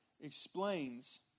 explains